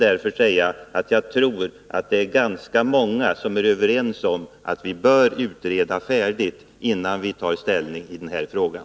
Därför tror jag att ganska många är överens om att vi bör utreda färdigt innan vi tar ställning i den här frågan.